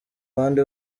bandi